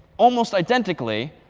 almost identically.